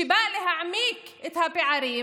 שבאה להעמיק את הפערים,